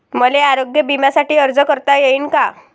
मले आरोग्य बिम्यासाठी अर्ज करता येईन का?